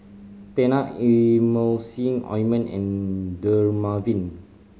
Tena Emulsying Ointment and Dermaveen